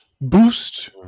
Boost